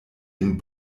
lin